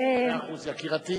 גם בהצעתו,